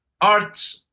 Art